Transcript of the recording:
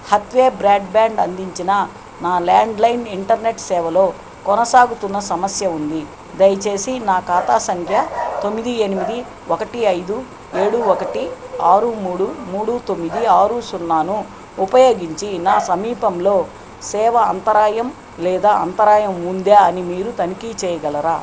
Hathaway broadband అందించినా నా landline internet సేవలో కొనసాగుతున్న సమస్య ఉంది దయచేసి నా ఖాతా సంఖ్య తొమ్మిది ఎనిమిది ఒకటి ఐదు ఏడు ఒకటి ఆరు మూడు మూడు తొమ్మిది ఆరు సున్నాను ఉపయోగించి నా సమీపంలో సేవ అంతరాయం లేదా అంతరాయం ఉందా అని మీరు తనిఖీ చేయగలరా